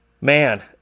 man